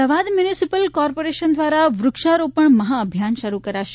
Ahmedabad municipal corporation દ્વારા વૃક્ષારોપણ મહા અભિયાન શરૂ કરાશે